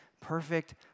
perfect